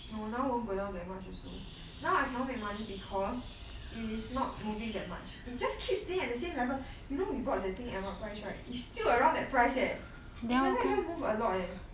no now won't go down there much also now I cannot make money because it is not moving that much it just keeps staying at the same level you know we bought the thing what price right is still around that price leh it never even move a lot leh